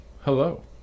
hello